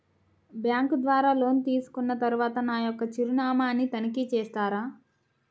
Bank ద్వారా loan తీసుకున్న తరువాత నా యొక్క చిరునామాని తనిఖీ చేస్తారా?